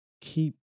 keep